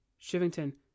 Shivington